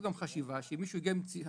מתוך חשיבה שמישהו הגיע עם ציוד